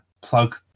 plug